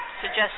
suggest